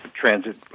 transit